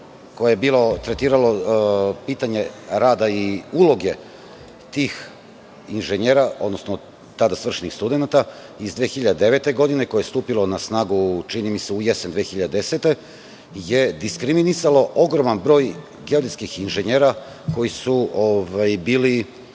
koje je tretiralo pitanje rada i uloge tih inženjera, odnosno tada svršenih studenata iz 2009. godine koje je stupilo na snagu čini mi se u jesen 2010. godine je diskriminisalo ogroman broj geodetskih inženjera koji su bili